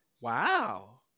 Wow